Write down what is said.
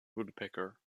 woodpecker